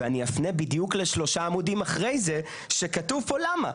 ואני אפנה בדיוק לשלושה עמודים אחרי זה שכתוב פה למה.